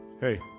Hey